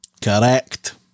Correct